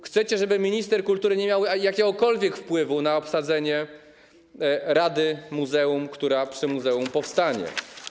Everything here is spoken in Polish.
Chcecie, żeby minister kultury nie miał jakiegokolwiek wpływu na obsadzenie rady muzeum, która przy muzeum powstanie.